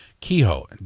Kehoe